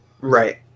Right